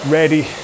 ready